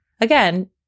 again